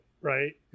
Right